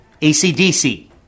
ACDC